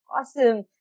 Awesome